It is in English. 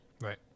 Right